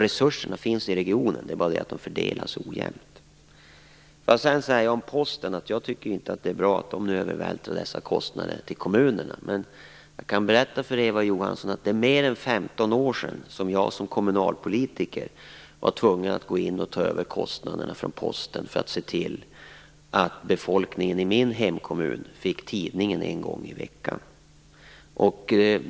Resurserna finns i regionen, men problemet är att de fördelas ojämnt. Låt mig sedan om Posten säga att jag inte tycker att det är bra att den övervältrar dessa kostnader på kommunerna. Jag kan berätta för Eva Johansson att jag för mer än 15 år sedan som kommunalpolitiker var tvungen att låta kommunen ta över Postverkets kostnader för att se till att befolkningen i min hemkommun fick tidningen en gång i veckan.